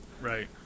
Right